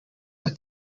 are